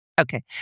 Okay